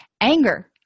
Anger